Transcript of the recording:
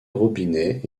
robinet